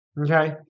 okay